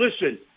listen